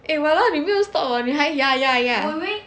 eh !walao! 你没有 stop 我你还 ya ya ya